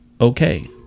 okay